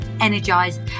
energized